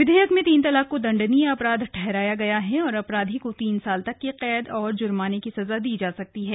विधेयक में तीन तलाक को दण्डनीय अपराध ठहराया गया है और अपराधी को तीन साल तक की कैद और जुर्माने की सजा दी जा सकती है